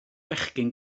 fechgyn